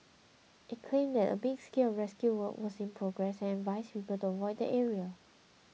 it claimed that a big scale of rescue work was in progress and advised people to avoid the area